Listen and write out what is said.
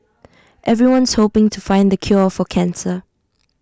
everyone's hoping to find the cure for cancer